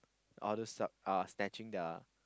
all those are are snatching their